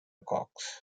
cox